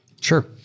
Sure